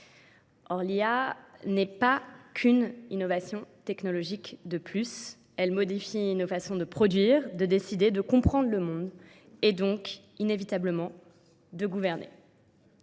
Orlia n'est pas qu'une innovation technologique de plus. Elle modifie une façon de produire, de décider, de comprendre le monde et donc, inévitablement, de gouverner.